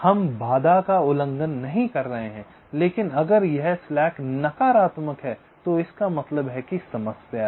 हम बाधा का उल्लंघन नहीं कर रहे हैं लेकिन अगर यह नकारात्मक है तो इसका मतलब है कि समस्या है